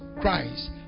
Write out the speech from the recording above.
Christ